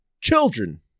children